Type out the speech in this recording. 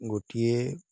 ଗୋଟିଏ